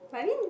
but I mean